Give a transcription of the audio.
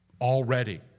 already